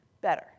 better